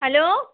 hello